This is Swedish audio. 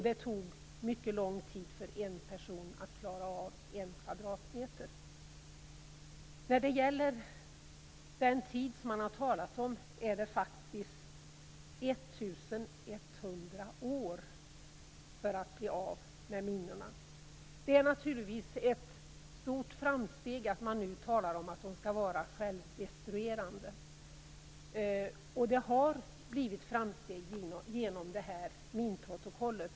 Det tog mycket lång tid för en person att klara av en kvadratmeter. Den tid som man har talat om för att bli av med minorna är faktiskt 1 100 år. Det är naturligtvis ett stort framsteg när man nu talar om att minorna skall vara självdestruerande, och det har gjorts framsteg genom minprotokollet.